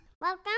Welcome